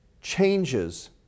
changes